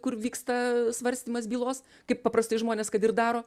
kur vyksta svarstymas bylos kaip paprastai žmonės kad ir daro